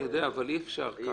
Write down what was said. אני יודע, אבל אי אפשר ככה.